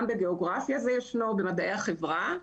גם בגיאוגרפיה זה ישנו, במדעי החברה.